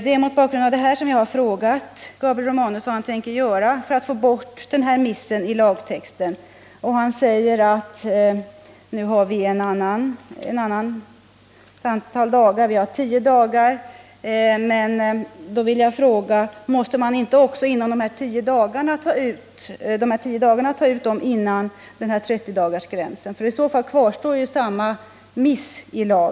Det är mot denna bakgrund jag har frågat Gabriel Romanus vad han tänker göra åt den här missen i lagtexten. Han svarar att antalet dagar nu är 10. Jag vill då fråga: Måste man inte ta ut också de 10 dagarna inom 30 dagar? I så fall kvarstår missen.